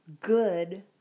Good